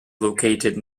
located